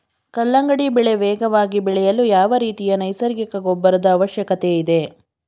ಕಲ್ಲಂಗಡಿ ಬೆಳೆ ವೇಗವಾಗಿ ಬೆಳೆಯಲು ಯಾವ ರೀತಿಯ ನೈಸರ್ಗಿಕ ಗೊಬ್ಬರದ ಅವಶ್ಯಕತೆ ಇದೆ?